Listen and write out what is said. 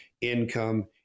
income